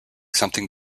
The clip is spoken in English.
something